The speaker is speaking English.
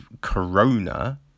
Corona